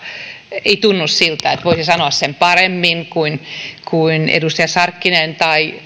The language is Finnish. ei tunnu siltä että voisi sanoa sen paremmin kuin kuin edustajat sarkkinen